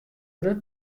grut